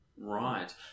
Right